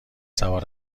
سوار